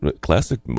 classic